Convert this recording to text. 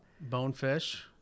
Bonefish